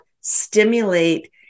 stimulate